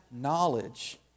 knowledge